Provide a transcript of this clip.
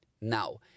Now